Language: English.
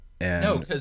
No